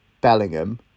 Bellingham